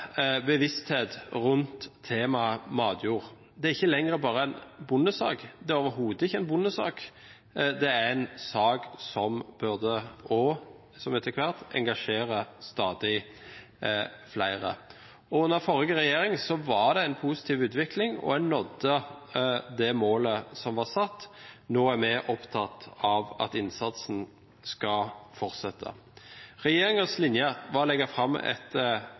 bevissthet rundt temaet matjord. Det er ikke lenger bare en bondesak. Det er overhodet ikke en bondesak, det er en sak som etter hvert engasjerer stadig flere. Under forrige regjering var det en positiv utvikling, og en nådde det målet som var satt. Nå er vi opptatt av at innsatsen skal fortsette. Regjeringens linje var å legge fram et passivt mål. Senterpartiet gikk inn i forhandlingene med at vi ønsket å ha et